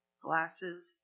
glasses